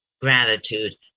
gratitude